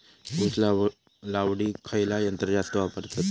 ऊस लावडीक खयचा यंत्र जास्त वापरतत?